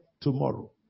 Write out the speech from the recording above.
tomorrow